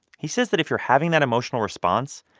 he says that if you're having that emotional response,